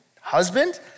husband